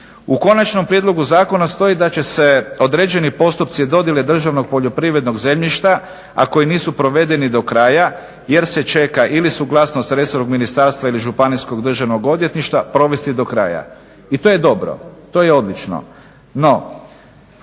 U konačnom prijedlogu zakona stoji da će se određeni postupci dodjele državnog poljoprivrednog zemljišta, a koji nisu provedeni do kraja jer se čeka ili suglasnost resornog ministarstva ili županijskog državnog odvjetništva provesti do kraja i to je dobro, to je odlično.